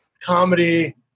comedy